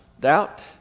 Doubt